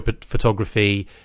photography